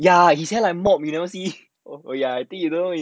ya his hair like mop you see oh ya you don't know